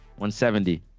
170